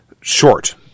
Short